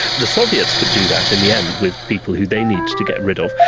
the soviets could do that in the end with people who they needed to get rid of,